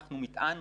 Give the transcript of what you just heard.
אנחנו מטען